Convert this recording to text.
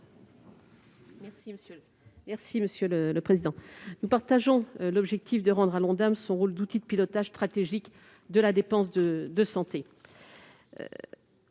de la commission ? Nous partageons l'objectif de rendre à l'Ondam son rôle d'outil de pilotage stratégique de la dépense de santé.